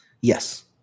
Yes